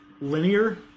linear